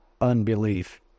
unbelief